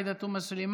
עאידה תומא סלימאן,